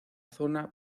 zona